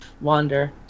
wander